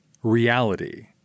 reality